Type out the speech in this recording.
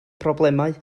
problemau